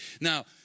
Now